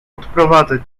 odprowadzę